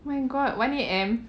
oh my god one A_M